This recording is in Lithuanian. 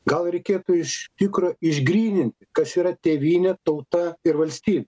gal reikėtų iš tikro išgryninti kas yra tėvynė tauta ir valstybė